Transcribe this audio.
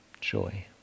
joy